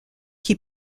qui